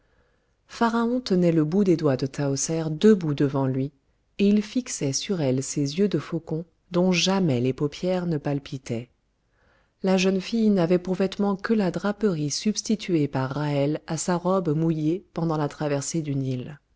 tenait le bout des doigts de tahoser debout devant lui et il fixait sur elle ses yeux de faucon dont jamais les paupières ne palpitaient la jeune fille n'avait pour vêtement que la draperie substituée par ra'hel à sa robe mouillée pendant la traversée du nil